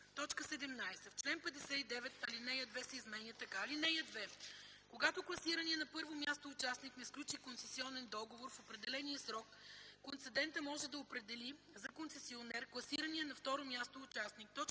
17. В чл. 59 ал. 2 се изменя така: „(2) Когато класираният на първо място участник не сключи концесионния договор в определения срок, концедентът може да определи за концесионер класирания на второ място участник.” 18.